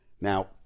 Now